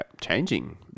changing